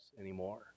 anymore